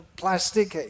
plastic